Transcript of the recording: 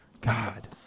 God